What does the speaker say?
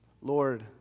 Lord